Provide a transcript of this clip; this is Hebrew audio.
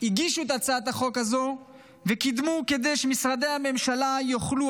הגישו את הצעת החוק הזו וקידמו כדי שמשרדי הממשלה יוכלו